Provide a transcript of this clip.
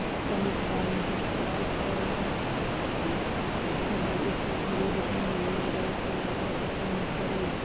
चने की दाल मटर की दाल और सब एक ही में भिगो देते हैं भिगोने के बाद जब फूल जाता है उसको मिक्सर में